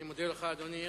אני מודה לך, אדוני.